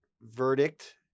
verdict